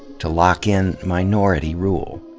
to lock in minority rule.